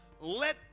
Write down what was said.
let